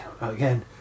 again